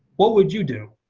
what would you do?